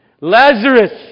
Lazarus